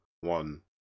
one